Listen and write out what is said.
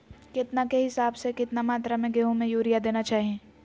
केतना के हिसाब से, कितना मात्रा में गेहूं में यूरिया देना चाही?